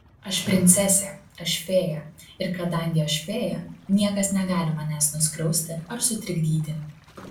aš princesė aš fėja ir kadangi aš fėja niekas negali manęs nuskriausti ar sutrikdyti